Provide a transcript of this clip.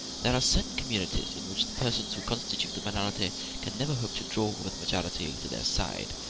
there are certain communities in which the persons who constitute the minority can never hope to draw over the majority to their side,